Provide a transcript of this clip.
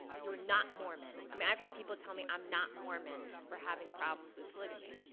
you're not mormon. i mean, i've had people tell me i'm not mormon for having problems with polygamy.